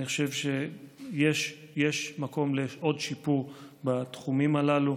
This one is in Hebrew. אני חושב שיש מקום לעוד שיפור בתחומים האלה.